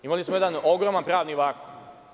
Imali smo jedan ogroman pravni vakum.